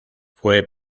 fue